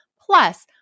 plus